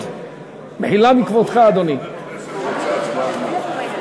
חבר כנסת רוצה הצבעה גלויה.